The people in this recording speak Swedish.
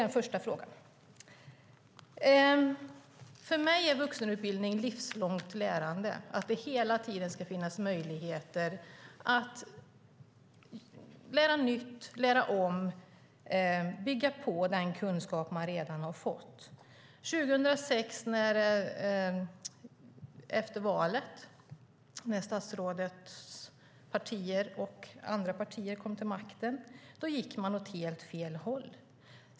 För mig är vuxenutbildning livslångt lärande. Det ska hela tiden finnas möjlighet att lära nytt, lära om och bygga på den kunskap man redan har. Efter valet 2006 gick man åt helt fel håll.